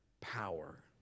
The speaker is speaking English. power